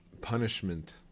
Punishment